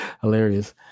hilarious